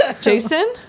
Jason